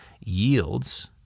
yields